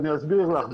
אני אסביר לך.